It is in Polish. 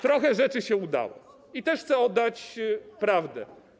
Trochę rzeczy się udało i też chcę oddać prawdę.